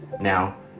now